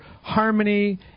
harmony